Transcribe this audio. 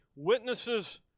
Witnesses